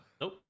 Nope